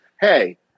hey